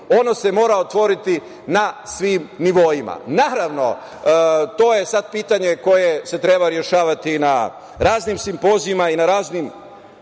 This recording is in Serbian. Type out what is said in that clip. ono se mora otvoriti na svim nivoima. To je sad pitanje koje se treba rešavati na raznim simpozijumima i na raznim